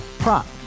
Prop